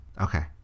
Okay